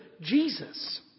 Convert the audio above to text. Jesus